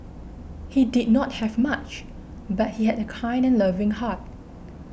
he did not have much but he had a kind and loving heart